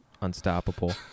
unstoppable